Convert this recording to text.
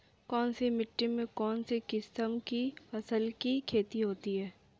कौनसी मिट्टी में कौनसी किस्म की फसल की खेती होती है?